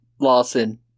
Lawson